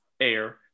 air